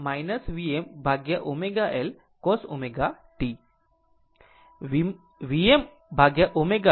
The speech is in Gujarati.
આમ આ iL Vmω L cos ω t